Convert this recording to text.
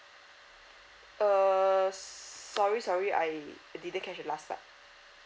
uh sorry sorry I didn't catch the last part